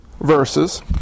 verses